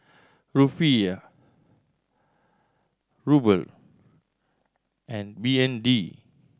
Rufiyaa Ruble and B N D